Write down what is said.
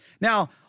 Now